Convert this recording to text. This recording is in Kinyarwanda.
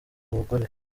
abagore